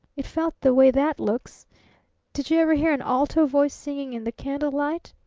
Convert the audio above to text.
it felt the way that looks did you ever hear an alto voice singing in the candle-light?